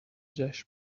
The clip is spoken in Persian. جشن